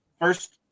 first